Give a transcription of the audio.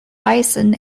bison